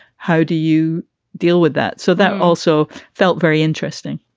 how do you deal with that? so that also felt very interesting.